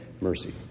mercy